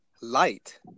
Light